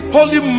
Holy